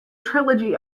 trilogy